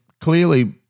clearly